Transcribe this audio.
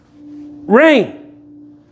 rain